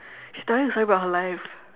she's telling her story about her life